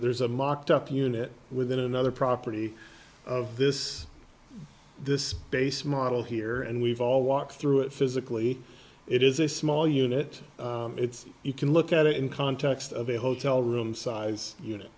there's a mocked up unit within another property of this this base model here and we've all walked through it physically it is a small unit it's you can look at it in context of a hotel room size unit